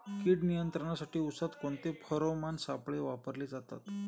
कीड नियंत्रणासाठी उसात कोणते फेरोमोन सापळे वापरले जातात?